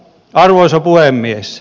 arvoisa puhemies